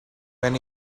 when